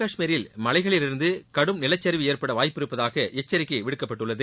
கஷ்மீரில் மலைகளிலிருந்துகடும் நிலச்சரிவு ஜம்மு ஏற்படவாய்ப்பிருப்பதாகஎச்சரிக்கைவிடுக்கப்பட்டுள்ளது